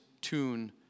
tune